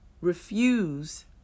refuse